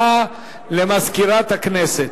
הודעה למזכירת הכנסת.